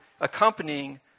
accompanying